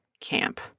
camp